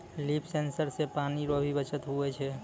लिफ sensor से पानी रो भी बचत हुवै छै